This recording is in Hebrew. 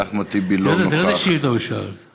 והתשובה היא: במחלקת ייעוץ וחקיקה במשרד המשפטים,